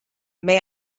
may